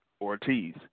Ortiz